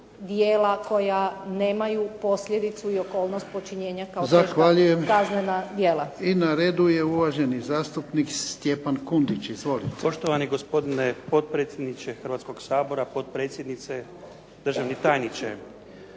djela koja nemaju posljedicu i okolnost počinjenja kao teška kaznena djela.